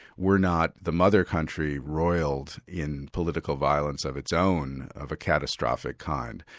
were not the mother country roiled in political violence of its own of a catastrophic kind.